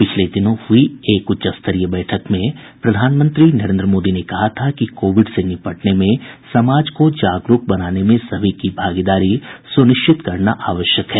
पिछले दिनों हुई एक उच्चस्तरीय बैठक में प्रधानमंत्री नरेन्द्र मोदी ने कहा था कि कोविड से निपटने में समाज को जागरूक बनाने में सभी की भागीदारी सुनिश्चित करना जरूरी है